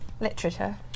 Literature